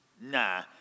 nah